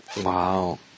Wow